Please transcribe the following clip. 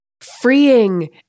freeing